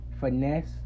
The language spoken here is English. finesse